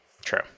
true